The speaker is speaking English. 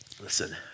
Listen